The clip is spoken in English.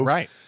Right